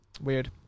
weird